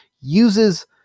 uses